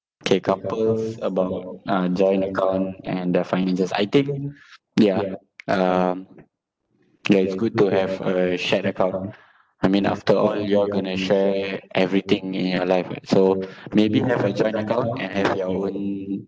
K couples about uh joint account and the finances I think yeah um ya it's good to have a shared account I mean after all you all going to share everything in your life [what] so maybe have a joint account and have your own